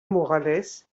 morales